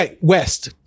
West